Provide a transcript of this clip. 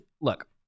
look